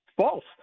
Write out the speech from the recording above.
false